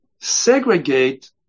segregate